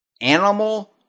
Animal